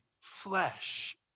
flesh